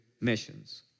missions